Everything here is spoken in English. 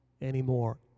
anymore